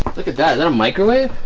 look at that microwave